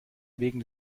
wegen